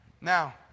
Now